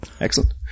excellent